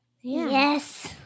Yes